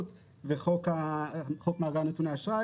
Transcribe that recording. הצבעה סעיף 85(57) אושר מי בעד סעיף 58?